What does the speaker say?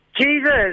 Jesus